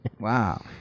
wow